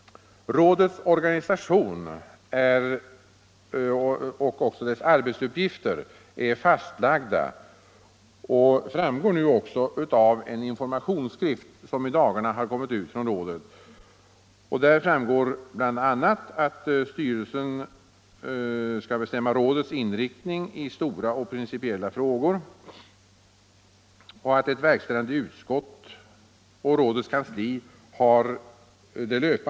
Rådets organisation och arbetsuppgifter är fastlagda, vilket också framgår av en informationsskrift som i dagarna kommit ut från rådet.